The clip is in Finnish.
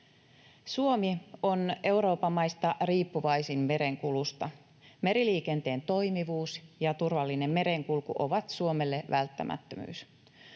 Suomi on Euroopan maista riippuvaisin merenkulusta. Meriliikenteen toimivuus ja turvallinen merenkulku ovat Suomelle välttämättömyys.